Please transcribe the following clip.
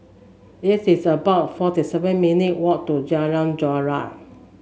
it is about forty seven minute walk to Jalan Joran